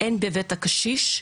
הן בהיבט הקשיש,